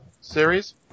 series